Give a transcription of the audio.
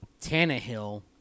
Tannehill